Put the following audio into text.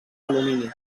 alumini